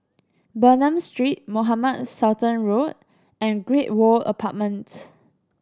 Bernam Street Mohamed Sultan Road and Great World Apartments